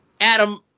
Adam